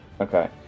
okay